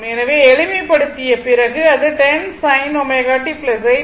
எனவே எளிமைப்படுத்திய பிறகு அது 10 sin ω t 8